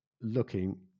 looking